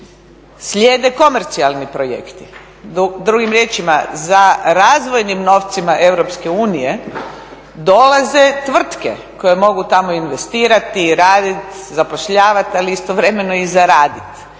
slijede komercijalni projekti. Drugim riječima, za razvojnim novcima EU dolaze tvrtke koje mogu tamo investirati, radit, zapošljavati, ali istovremeno i zaraditi